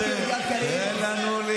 חבר הכנסת גלעד קריב, אני מבקש.